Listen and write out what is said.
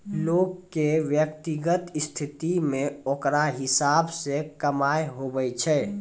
लोग के व्यक्तिगत स्थिति मे ओकरा हिसाब से कमाय हुवै छै